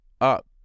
up